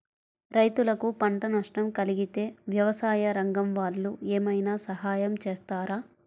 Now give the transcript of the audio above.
రైతులకు పంట నష్టం కలిగితే వ్యవసాయ రంగం వాళ్ళు ఏమైనా సహాయం చేస్తారా?